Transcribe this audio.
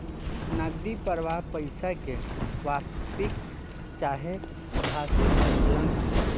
नगदी प्रवाह पईसा के वास्तविक चाहे आभासी संचलन ह